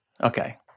okay